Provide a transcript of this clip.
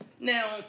Now